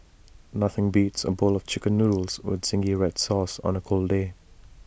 nothing beats A bowl of Chicken Noodles with Zingy Red Sauce on A cold day